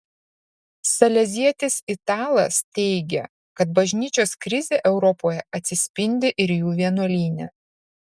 salezietis italas teigia kad bažnyčios krizė europoje atsispindi ir jų vienuolyne